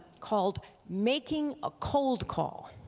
called making a cold call.